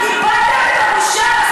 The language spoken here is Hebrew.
איבדתם את הבושה?